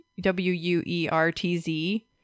W-U-E-R-T-Z